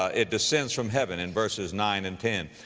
ah it descends from heaven in verses nine and ten.